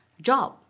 job